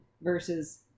versus